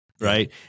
right